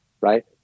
right